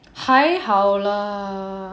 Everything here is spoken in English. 还好 lah